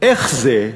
איך זה,